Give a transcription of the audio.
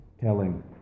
telling